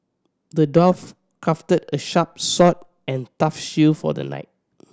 the dwarf crafted a sharp sword and tough shield for the knight